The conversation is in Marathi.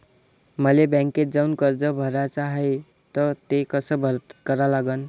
मले बँकेत जाऊन कर्ज भराच हाय त ते कस करा लागन?